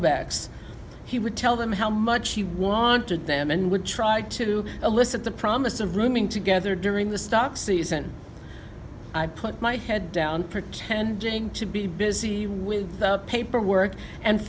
backs he would tell them how much he wanted them and would try to elicit the promise of rooming together during the stock season i put my head down pretending to be busy with paperwork and